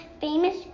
famous